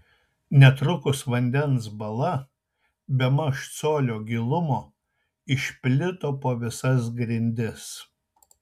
netrukus vandens bala bemaž colio gilumo išplito po visas grindis